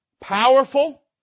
powerful